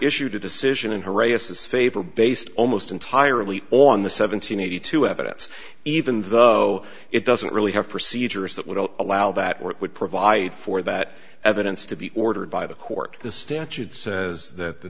issued a decision in harasses favor based almost entirely on the seven hundred eighty two evidence even though it doesn't really have procedures that would allow that work would provide for that evidence to be ordered by the court the statute says that the